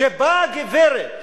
כשבאה גברת